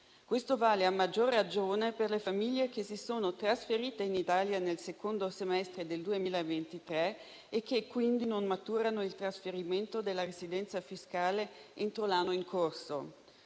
Questo vale a maggior ragione per le famiglie che si sono trasferite in Italia nel secondo semestre del 2023 e che quindi non maturano il trasferimento della residenza fiscale entro l'anno in corso.